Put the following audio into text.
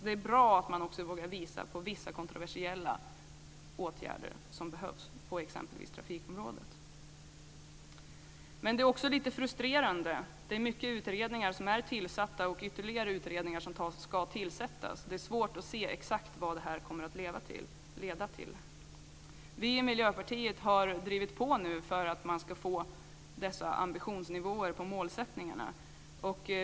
Det är bra att man också vågar visa på vissa kontroversiella åtgärder som behövs på exempelvis trafikområdet. Men det är också lite frustrerande. Det är många utredningar som är tillsatta och ytterligare utredningar som ska tillsättas. Det är svårt att se exakt vad detta kommer att leda till. Vi i Miljöpartiet har drivit på för att man ska få dessa ambitionsnivåer på målsättningarna.